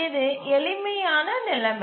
இது எளிமையான நிலைமை